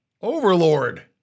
Overlord